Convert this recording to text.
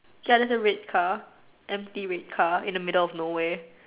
ya there's a red car empty red car in the middle of no where